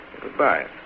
Goodbye